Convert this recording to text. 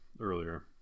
earlier